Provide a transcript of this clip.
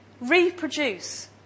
reproduce